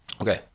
Okay